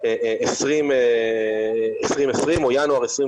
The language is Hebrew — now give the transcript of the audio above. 2020 או ינואר 2021